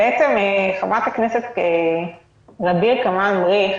חברת הכנסת ע'דיר כמאל מריח